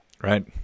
Right